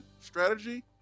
strategy